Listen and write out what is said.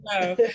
no